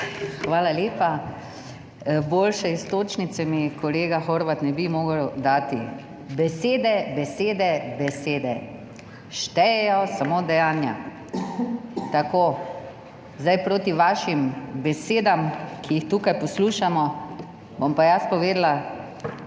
Hvala lepa. Boljše iztočnice mi kolega Horvat ne bi mogel dati: besede, besede, besede, štejejo samo dejanja. Tako. Proti vašim besedam, ki jih tukaj poslušamo, bom pa jaz povedala,